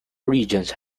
regions